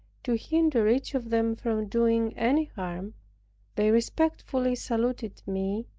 to hinder each of them from doing any harm they respectfully saluted me,